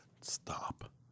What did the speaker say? Stop